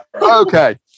Okay